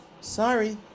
Sorry